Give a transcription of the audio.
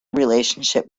relationship